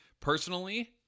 personally